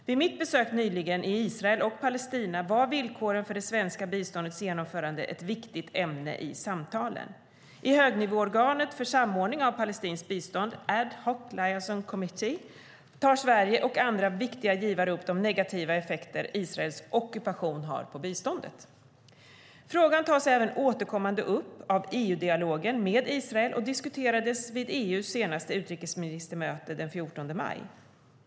Vid mitt besök nyligen i Israel och Palestina var villkoren för det svenska biståndets genomförande ett viktigt ämne i samtalen. I högnivåorganet för samordning av palestinskt bistånd, Ad hoc Liaison Committee tar Sverige och andra viktiga givare upp de negativa effekter som Israels ockupation har på biståndet. Frågan tas även återkommande upp av EU-dialogen med Israel och diskuterades vid EU:s senaste utrikesministermöte den 14 maj.